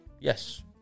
Yes